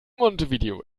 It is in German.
montevideo